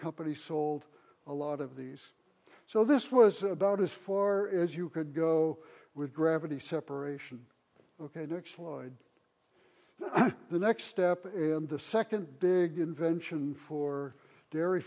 company sold a lot of these so this was about as far as you could go with gravity separation ok to exploit the next step and the second big invention for dairy